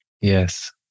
Yes